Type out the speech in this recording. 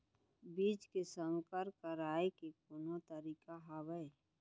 बीज के संकर कराय के कोनो तरीका हावय?